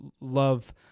love